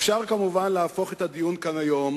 אפשר כמובן להפוך את הדיון כאן היום